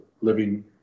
living